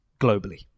globally